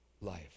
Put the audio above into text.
Life